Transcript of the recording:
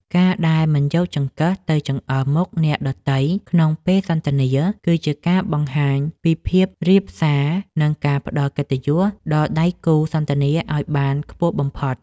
ការដែលមិនយកចង្កឹះទៅចង្អុលមុខអ្នកដទៃក្នុងពេលសន្ទនាគឺជាការបង្ហាញពីភាពរាបសារនិងការផ្តល់កិត្តិយសដល់ដៃគូសន្ទនាឱ្យបានខ្ពស់បំផុត។